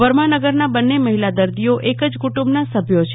વર્માનગરના બંન્ને મહિલા દર્દીઓ એક જ કુંડુમ્બના સભ્યો છે